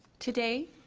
today,